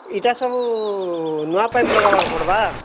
ଇଟା ସବୁ ନୂଆଁ ପାଇପ୍ ଲଗାବାରକେ ପଡ଼ବା